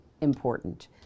important